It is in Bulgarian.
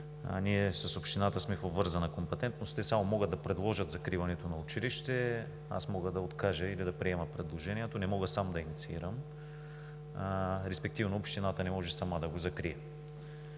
ние с общината сме в обвързана компетентност – те само могат да предложат закриването на училище, аз мога да откажа или да приема предложението, не мога сам да инициирам, респективно Общината не може сама да го закрие.